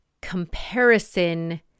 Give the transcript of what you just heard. comparison